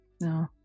No